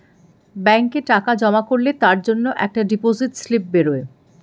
ব্যাংকে টাকা জমা করলে তার জন্যে একটা ডিপোজিট স্লিপ বেরোয়